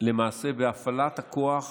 בהפעלת הכוח